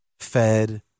Fed